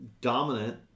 dominant